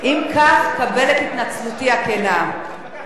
אם כך, קבל את התנצלותי הכנה.